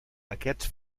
aquests